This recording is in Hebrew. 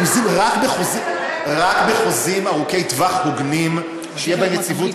רק בחוזים ארוכי-טווח הוגנים שתהיה בהם יציבות,